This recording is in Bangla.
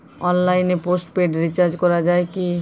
অনলাইনে পোস্টপেড রির্চাজ করা যায় কি?